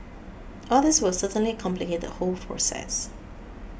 all these will certainly complicate the whole process